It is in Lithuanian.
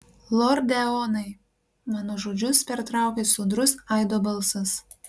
lorde eonai mano žodžius pertraukė sodrus aido balsas